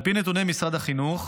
על פי נתוני משרד החינוך,